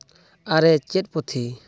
ᱟᱨᱮ ᱪᱮᱫ ᱯᱩᱛᱷᱤ